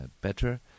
better